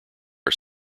are